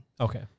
Okay